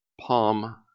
Palm